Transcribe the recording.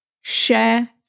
Share